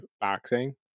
boxing